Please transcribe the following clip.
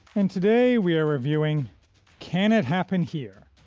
and today we are reviewing can it happen here?